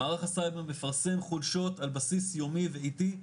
מערך הסייבר מפרסם חולשות, על בסיס יומי ואיטי,